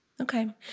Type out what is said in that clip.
Okay